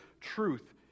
truth